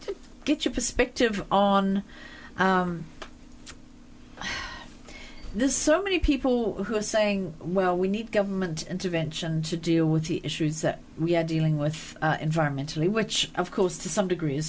to get your perspective on this so many people who are saying well we need government intervention to deal with the issues that we have dealing with environmentally which of course to some degree is